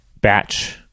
batch